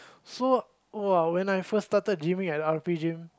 so !wah! when I first started gyming at R_P gym